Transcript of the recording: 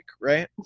right